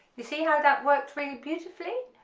you see how that worked really beautifully,